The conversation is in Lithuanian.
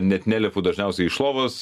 net nelipu dažniausiai iš lovos